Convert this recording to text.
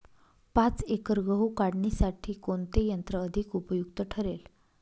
पाच एकर गहू काढणीसाठी कोणते यंत्र अधिक उपयुक्त ठरेल?